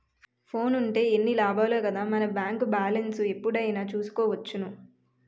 ఫోనుంటే ఎన్ని లాభాలో కదా మన బేంకు బాలెస్ను ఎప్పుడైనా చూసుకోవచ్చును